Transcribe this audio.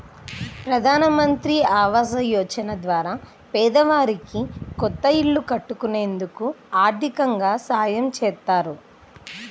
ప్రధానమంత్రి ఆవాస యోజన ద్వారా పేదవారికి కొత్త ఇల్లు కట్టుకునేందుకు ఆర్దికంగా సాయం చేత్తారు